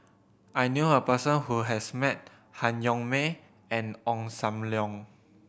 I knew a person who has met Han Yong May and Ong Sam Leong